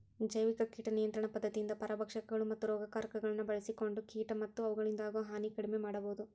ಜೈವಿಕ ಕೇಟ ನಿಯಂತ್ರಣ ಪದ್ಧತಿಯಿಂದ ಪರಭಕ್ಷಕಗಳು, ಮತ್ತ ರೋಗಕಾರಕಗಳನ್ನ ಬಳ್ಸಿಕೊಂಡ ಕೇಟ ಮತ್ತ ಅವುಗಳಿಂದಾಗೋ ಹಾನಿ ಕಡಿಮೆ ಮಾಡಬೋದು